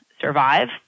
survive